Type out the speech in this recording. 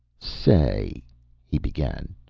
say he began.